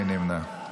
מי נמנע.